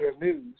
news